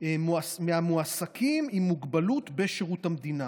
57% מהמועסקים עם מוגבלות בשירות המדינה,